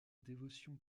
dévotion